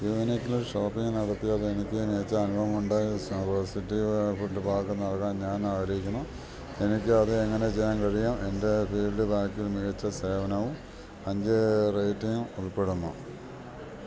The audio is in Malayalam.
വൂനിക്കിൽ ഷോപ്പിംഗ് നടത്തിയത് എനിക്ക് മികച്ച അനുഭവമുണ്ടായി പോസിറ്റീവ് ഫീഡ്ബാക്ക് നൽകാൻ ഞാൻ ആഗ്രഹിക്കുന്നു എനിക്ക് അതെങ്ങനെ ചെയ്യാൻ കഴിയും എൻ്റെ ഫീഡ്ബാക്കിൽ മികച്ച സേവനവും അഞ്ച് റേറ്റിംഗും ഉള്പ്പെടുന്നു